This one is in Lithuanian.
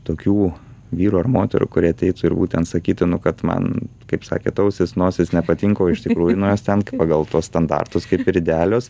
tokių vyrų ar moterų kurie ateitų ir būtent sakytų nu kad man kaip sakėt ausys nosis nepatinka o tikrųjų nu jos ten pagal tuos standartus kaip ir idealios